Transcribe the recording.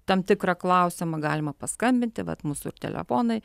tam tikrą klausimą galima paskambinti vat mūsų ir telefonai